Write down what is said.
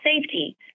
safety